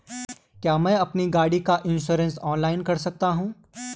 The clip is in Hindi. क्या मैं अपनी गाड़ी का इन्श्योरेंस ऑनलाइन कर सकता हूँ?